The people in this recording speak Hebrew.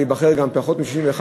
להיבחר בפחות מ-61,